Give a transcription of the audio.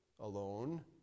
alone